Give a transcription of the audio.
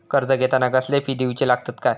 कर्ज घेताना कसले फी दिऊचे लागतत काय?